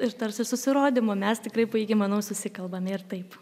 ir tarsi susirodymo mes tikrai puikiai manau susikalbame ir taip